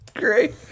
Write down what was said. great